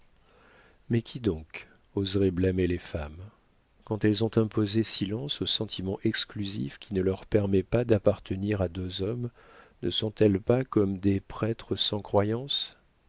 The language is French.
mais qui donc oserait blâmer les femmes quand elles ont imposé silence au sentiment exclusif qui ne leur permet pas d'appartenir à deux hommes ne sont-elles pas comme des prêtres sans croyance